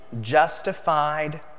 justified